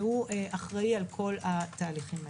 והוא אחראי על כל התהליכים האלה.